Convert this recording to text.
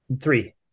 Three